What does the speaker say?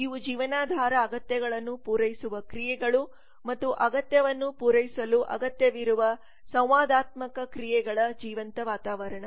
ಇವು ಜೀವನಾಧಾರ ಅಗತ್ಯಗಳನ್ನು ಪೂರೈಸುವ ಕ್ರಿಯೆಗಳು ಮತ್ತು ಈ ಅಗತ್ಯವನ್ನು ಪೂರೈಸಲು ಅಗತ್ಯವಿರುವ ಸಂವಾದಾತ್ಮಕ ಕ್ರಿಯೆಗಳೆ ಜೀವಂತ ವಾತಾವರಣ